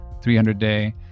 300-day